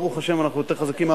ברוך השם אנחנו יותר חזקים,